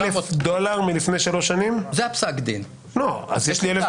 1,000 דולר מלפני שלוש שנים זה 1,000 דולר של היום,